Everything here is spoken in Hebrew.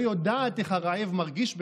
לא יודעת איך הרעב מרגיש בכלל,